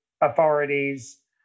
authorities